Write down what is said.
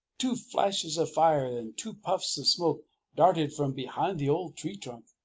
two flashes of fire and two puffs of smoke darted from behind the old tree trunk.